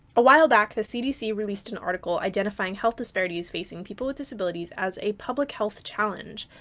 a while back, the cdc released an article identifying health disparities facing people with disabilities as a public health challenge.